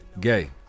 Gay